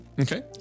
Okay